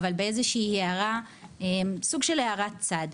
אבל בסוג של הערת צד.